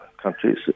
Countries